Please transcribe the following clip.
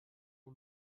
del